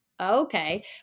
okay